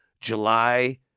july